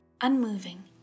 unmoving